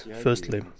firstly